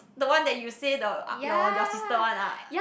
the one that you say the your your sister one ah